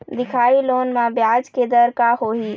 दिखाही लोन म ब्याज के दर का होही?